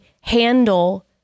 handle